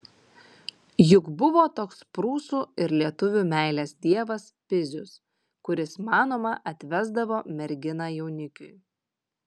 juk buvo toks prūsų ir lietuvių meilės dievas pizius kuris manoma atvesdavo merginą jaunikiui